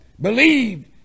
believed